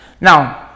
Now